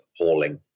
appalling